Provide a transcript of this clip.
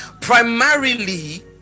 primarily